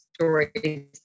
stories